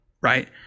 Right